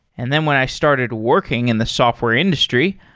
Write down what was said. and then when i started working in the software industry,